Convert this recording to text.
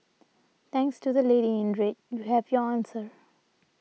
thanks to the lady in red you have your answer